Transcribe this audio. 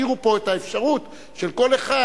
השאירו פה את האפשרות של כל אחד,